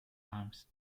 arms